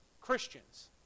Christians